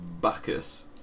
Bacchus